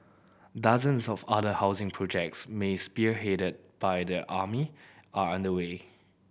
dozens of other housing projects many spearheaded by the army are underway